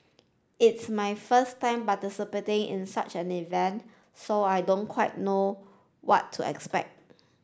it's my first time participating in such an event so I don't quite know what to expect